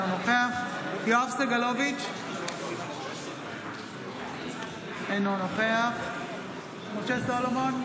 אינו נוכח יואב סגלוביץ' אינו נוכח משה סולומון,